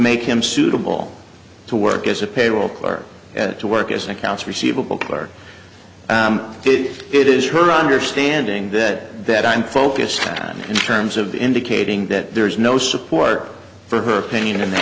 make him suitable to work as a payroll clerk to work as an accounts receivable clerk if it is her understanding that that i'm focused on terms of indicating that there is no support for her opinion in that